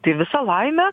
tai visa laimė